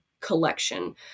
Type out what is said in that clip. collection